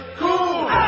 cool